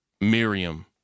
Miriam